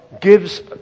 gives